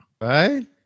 Right